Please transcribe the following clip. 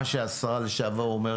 מה שהשרה לשעבר אומרת,